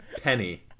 Penny